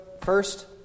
first